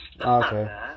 Okay